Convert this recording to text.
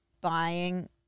buying